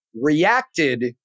reacted